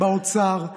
באוצר.